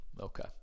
Okay